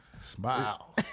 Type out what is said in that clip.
Smile